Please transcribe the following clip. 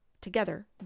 together